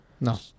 No